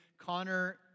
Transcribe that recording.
Connor